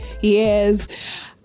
Yes